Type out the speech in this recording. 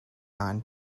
non